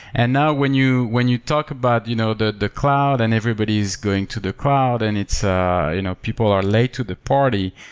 and now, when you when you talk about you know the the cloud and everybody is going to the cloud and ah you know people are late to the party,